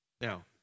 Now